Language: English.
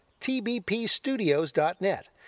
tbpstudios.net